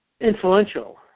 influential